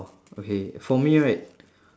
okay for me right